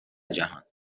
جهان